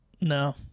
No